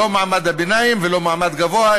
לא מעמד ביניים ולא מעמד גבוה,